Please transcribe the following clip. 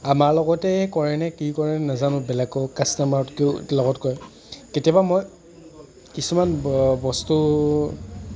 আমাৰ লগতেই কৰে নে কি কৰে নাজানোঁ বেলেগ কাষ্টমাৰৰ লগত কৰে কেতিয়াবা মই কিছুমান ব বস্তু